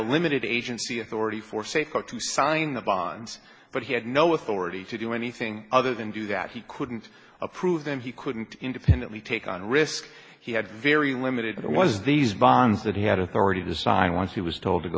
limited agency authority for safer to sign the bonds but he had no authority to do anything other than do that he couldn't approve them he couldn't independently take on risk he had very limited it was these bonds that he had authority to sign once he was told to go